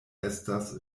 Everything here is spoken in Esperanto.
estas